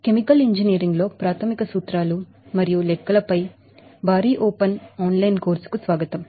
chemical engineering లో ప్రాథమిక సూత్రాలు మరియు లెక్కలపై భారీ ఓపెన్ ఆన్ లైన్ కోర్సుకు స్వాగతం